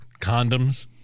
condoms